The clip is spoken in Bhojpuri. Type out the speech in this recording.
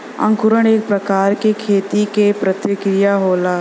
अंकुरण एक प्रकार क खेती क प्रक्रिया होला